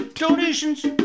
Donations